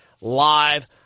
live